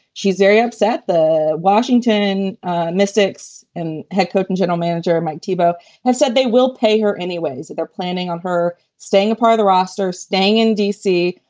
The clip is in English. she's very upset. the washington mystics and head coach and general manager mike tebow have said they will pay her anyways. they're planning on her staying a part of the roster, staying in d c,